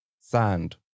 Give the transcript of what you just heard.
sand